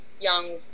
young